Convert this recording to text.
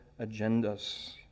agendas